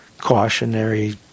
cautionary